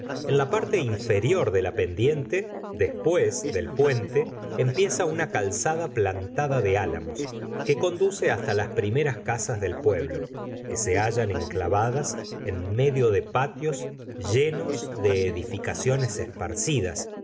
en la parte inferior de la pendiente después del puente empieza una calzada plantada de álamos que conduce hasta las primeras casas del pueblo que se hallan enclavadas en medio de patios llenos de edificaciones esparcidas